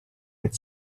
had